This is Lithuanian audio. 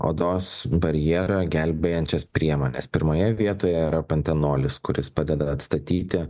odos barjerą gelbėjančias priemonės pirmoje vietoje yra pantenolis kuris padeda atstatyti